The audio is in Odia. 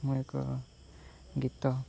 ମୁଁ ଏକ ଗୀତ